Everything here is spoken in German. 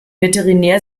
veterinär